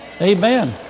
Amen